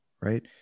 right